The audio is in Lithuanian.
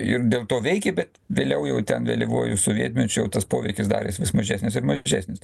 ir dėl to veikė bet vėliau jau ten vėlyvuoju sovietmečiu jau tas poveikis darės vis mažesnis ir mažesnis